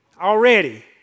Already